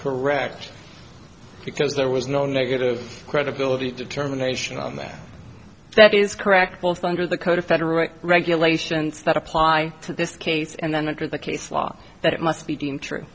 correction because there was no negative credibility determination on that that is correct both under the code of federal regulations that apply to this case and then under the case law that it must be deemed true